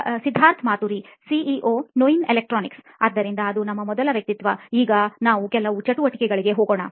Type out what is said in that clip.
Siddharth Maturi CEO ನೋಯಿನ್ electronics ಆದ್ದರಿಂದ ಅದು ನಮ್ಮ ಮೊದಲ ವ್ಯಕ್ತಿತ್ವ ಈಗ ನಾವು ಕೆಲವು ಚಟುವಟಿಕೆಗಳಿಗೆ ಹೋಗೋಣ